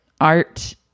art